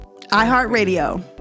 iHeartRadio